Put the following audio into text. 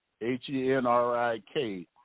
H-E-N-R-I-K